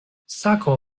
sako